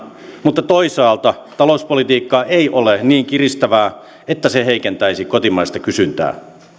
mutta toisaalta talouspolitiikka ei ole niin kiristävää että se heikentäisi kotimaista kysyntää